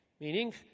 Meaning